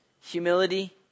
Humility